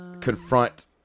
confront